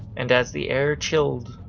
and as the air chilled,